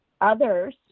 others